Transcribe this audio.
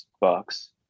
Bucks